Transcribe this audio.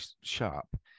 sharp